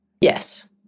Yes